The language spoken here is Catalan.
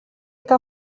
que